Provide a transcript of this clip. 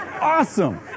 awesome